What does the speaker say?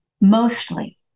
mostly